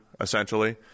essentially